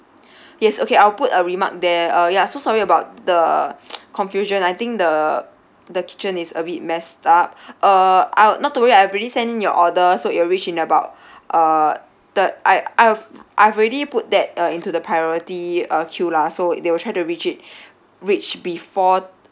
yes okay I'll put a remark there uh ya so sorry about the confusion I think the the kitchen is a bit messed up uh I'll not to worry I have already send in your order so it will reach in about uh the I I've I've already put that uh into the priority uh queue lah so they will try to reach it reach before